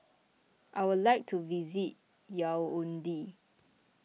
I would like to visit Yaounde